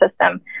system